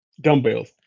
dumbbells